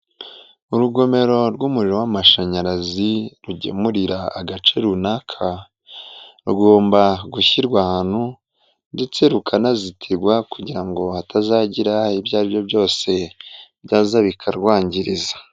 Urugomero rw'umuriro w'amashanyarazi rugemurira agace runaka, rugomba gushyirwa ahantu ndetse rukanazitirwa kugira ngo hatazagira ibyo aribyo byose byaza bikarwangiriza.